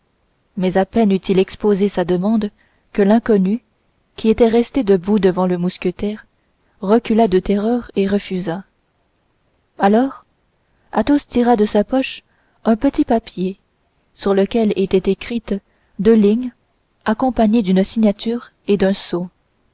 mais à peine eut-il exposé sa demande que l'inconnu qui était resté debout devant le mousquetaire recula de terreur et refusa alors athos tira de sa poche un petit papier sur lequel étaient écrites deux lignes accompagnées d'une signature et d'un sceau